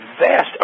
vast